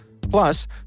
Plus